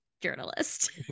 journalist